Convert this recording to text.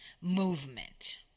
movement